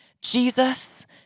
Jesus